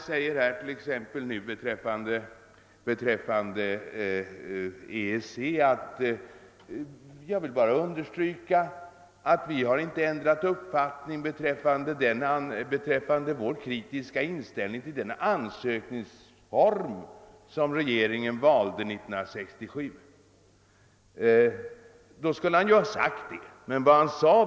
Beträffande EEC säger han: >Jag vill bara understryka att vi inte har ändrat uppfattning beträffande vår kritiska inställning till den ansökningsform som regeringen valde 1967.> Då skulle han ju ha sagt det.